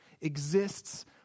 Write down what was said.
exists